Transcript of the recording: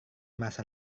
merasa